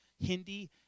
Hindi